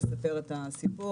כי לנהל כספומט זה לא נוח.